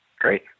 Great